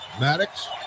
Maddox